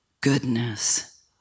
goodness